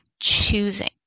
choosing